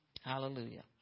Hallelujah